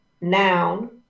noun